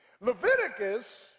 Leviticus